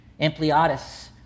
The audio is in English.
Ampliatus